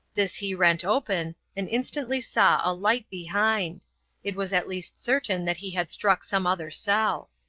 this he rent open and instantly saw a light behind it was at least certain that he had struck some other cell.